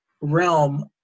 realm